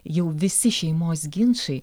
jau visi šeimos ginčai